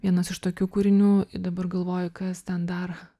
vienas iš tokių kūrinių i dabar galvoju kas ten dar